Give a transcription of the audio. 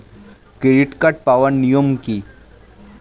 Credit card পাওয়ার নিয়ম কী?